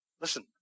Listen